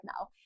now